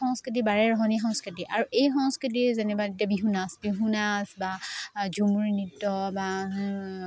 সংস্কৃতি বাৰেৰহনীয়া সংস্কৃতি আৰু এই সংস্কৃতি যেনিবা এতিয়া বিহু নাচ বিহু নাচ বা ঝুমুৰ নৃত্য বা